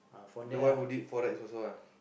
the one who did forex also ah